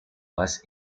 less